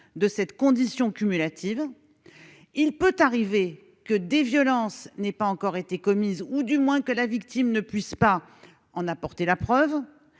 de cette condition cumulative. Il peut arriver que des violences n'aient pas encore été commises ou, du moins, que la victime ne puisse pas en apporter la preuve,